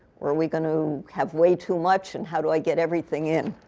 are we going to have way too much? and how do i get everything in?